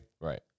Right